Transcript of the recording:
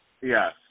Yes